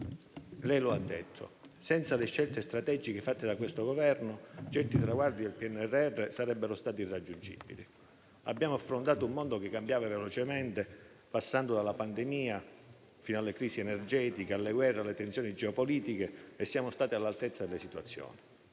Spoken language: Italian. chiaro: ha detto che, senza le scelte strategiche fatte da questo Governo, certi traguardi del PNRR sarebbero stati irraggiungibili. Abbiamo affrontato un mondo che cambiava velocemente, passando dalla pandemia fino alle crisi energetiche, alle guerre e alle tensioni geopolitiche e siamo stati all'altezza delle situazioni.